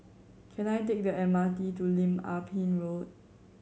can I take the M R T to Lim Ah Pin Road